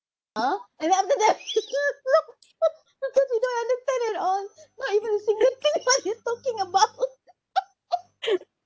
ah and then I of course we don't understand at all not even a single thing is like what you talking about